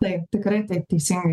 taip tikrai taip teisingai